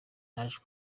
naje